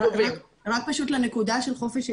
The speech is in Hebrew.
רק לנקודה של חופש העיסוק,